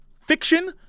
fiction